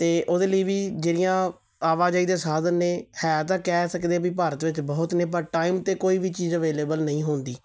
ਅਤੇ ਉਹਦੇ ਲਈ ਵੀ ਜਿਹੜੀਆਂ ਆਵਾਜਾਈ ਦੇ ਸਾਧਨ ਨੇ ਹੈ ਤਾਂ ਕਹਿ ਸਕਦੇ ਵੀ ਭਾਰਤ ਵਿੱਚ ਬਹੁਤ ਨੇ ਪਰ ਟਾਈਮ 'ਤੇ ਕੋਈ ਵੀ ਚੀਜ਼ ਅਵੇਲੇਬਲ ਨਹੀਂ ਹੁੰਦੀ